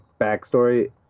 backstory